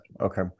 Okay